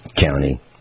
county